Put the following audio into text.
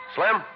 Slim